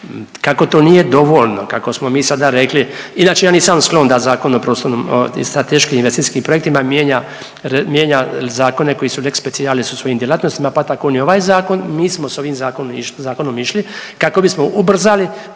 Kako to nije dovoljno, kako smo mi sada rekli, inače, ja nisam sklon da zakon o prostornom, strateškim investicijskim projektima mijenja zakone koji su lex specialis u svojim djelatnostima, pa tako ni ovaj Zakon, mi smo s ovim Zakonom išli kako bismo ubrzali